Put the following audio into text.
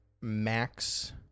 max